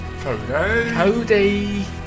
Cody